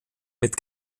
mit